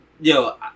Yo